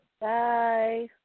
Bye